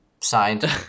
Signed